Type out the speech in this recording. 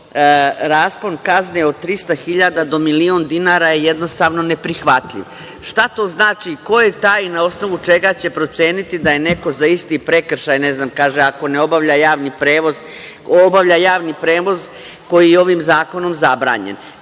raspon kazne od 300 hiljada do milion dinara je jednostavno neprihvatljiv. Šta to znači? Ko je taj na osnovu čega će proceniti da je neko za isti prekršaj, ne znam, kaže – ako obavlja javni prevoz koji je ovim zakonom zabranjen,